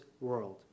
world